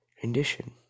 condition